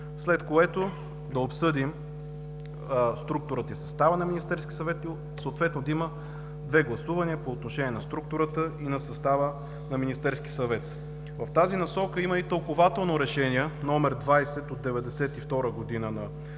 след което да обсъдим структурата и състава на Министерския съвет, и съответно да има две гласувания по отношение структурата и състава на Министерския съвет. В тази насока има и тълкователно Решение № 20 от 1992 г. на Конституционния